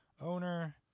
owner